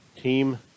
team